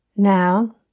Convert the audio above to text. Now